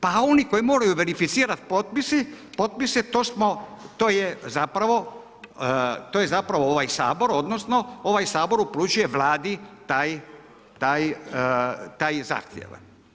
Pa oni koji moraju verificirati potpise to je zapravo ovaj Sabor, odnosno ovaj Sabor upućuje Vladi taj zahtjev.